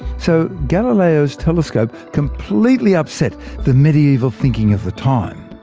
so galileo's telescope completely upset the mediaeval thinking of the time.